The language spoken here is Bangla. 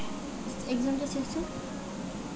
বাঁধাকপি ফেটে গেলে কোন অনুখাদ্য দেবো?